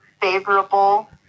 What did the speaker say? favorable